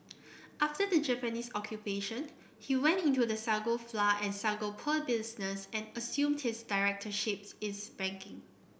after the Japanese Occupation he went into the sago flour and sago pearl business and assumed his directorships is in banking